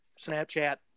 snapchat